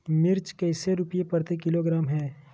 मिर्च कैसे रुपए प्रति किलोग्राम है?